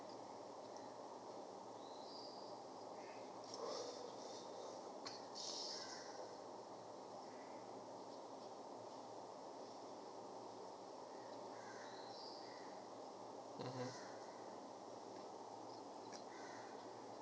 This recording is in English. mmhmm